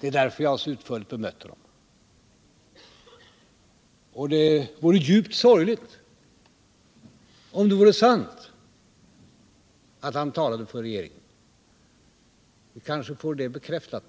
Det är därför jag så utförligt bemött honom. Det vore djupt sorgligt om det vore sant att han talade för regeringen. Vi kanske får det bekräftat